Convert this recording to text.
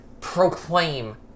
proclaim